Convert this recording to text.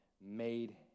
made